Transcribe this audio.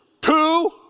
two